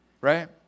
right